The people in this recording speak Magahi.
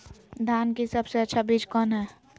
धान की सबसे अच्छा बीज कौन है?